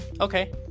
Okay